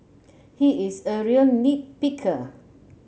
he is a real nit picker